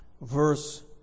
verse